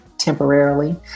temporarily